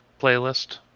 playlist